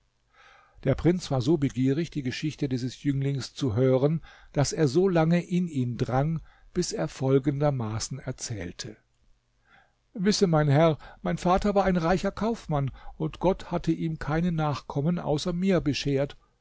der prinz war so begierig die geschichte dieses jünglings zu hören daß er solange in ihn drang bis er folgendermaßen erzählte wisse mein herr mein vater war ein reicher kaufmann und gott hatte ihm keine nachkommen außer mir beschert